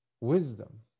Wisdom